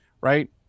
Right